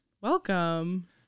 Welcome